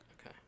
okay